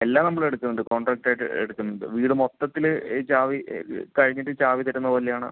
എല്ലാം നമ്മളെടുക്കുന്നുണ്ട് കോൺട്രാക്ട് ആയിട്ട് എടുക്കുന്നുണ്ട് വീട് മൊത്തത്തില് ചാവി കഴിഞ്ഞിട്ട് ചാവി തരുന്ന പോലെയാണോ